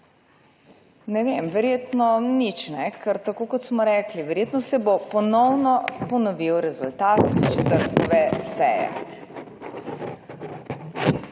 Ne vem, verjetno nič ne, ker tako kot smo rekli, verjetno se bo ponovil rezultat četrtkove seje.